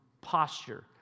posture